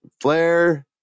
Flair